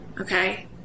Okay